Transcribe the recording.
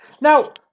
Now